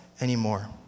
anymore